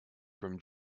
from